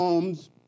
Homes